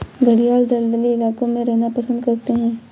घड़ियाल दलदली इलाकों में रहना पसंद करते हैं